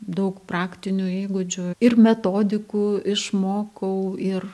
daug praktinių įgūdžių ir metodikų išmokau ir